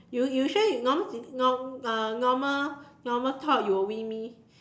you you sure is normal nor~ uh normal normal talk you will win me